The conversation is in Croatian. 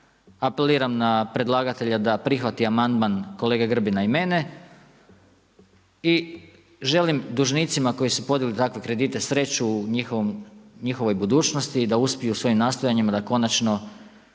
Apeliram na predlagatelja da prihvati amandman kolege Grbina i mene i želim dužnicima koji su podnijeli takve kredite sreću u njihovoj budućnosti i da uspiju u svojim nastojanjima da konačno